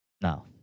No